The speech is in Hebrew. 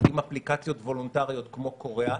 עם אפליקציות וולונטריות, כמו קוריאה.